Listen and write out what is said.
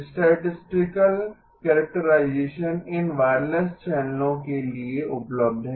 statistical characterisation इन wireless चैनलों के लिए उपलब्ध है